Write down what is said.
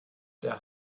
der